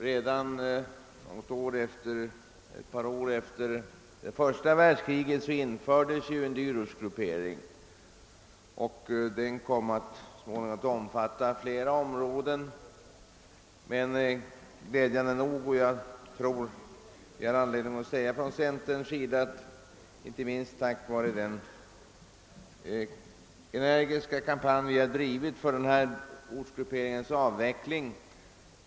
Redan några år efter det första världskriget infördes en dyrortsgruppering, som så småningom kom att omfatta flera områden. Glädjande nog har man emellertid undan för undan avvecklat delar av den. Jag tror mig ha anledning att säga att det inte minst varit tack vare den energiska kampanj, som vi inom centern har drivit för dyrortsgrupperingens avveckling.